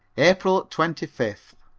april twenty fifth.